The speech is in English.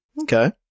Okay